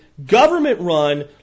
government-run